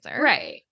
right